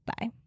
Bye